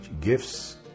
Gifts